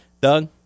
Doug